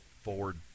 forward